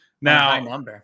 Now